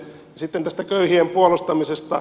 sitten tästä köyhien puolustamisesta